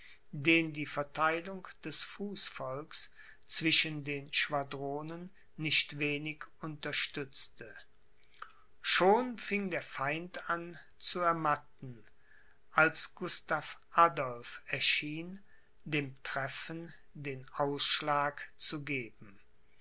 den die vertheilung des fußvolks zwischen den schwadronen nicht wenig unterstützte schon fing der feind an zu ermatten als gustav adolph erschien dem treffen den ausschlag zu geben